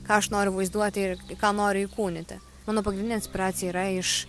ką aš noriu vaizduoti ką noriu įkūnyti mano pagrindinė inspiracija yra iš